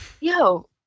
yo